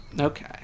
Okay